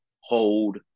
hold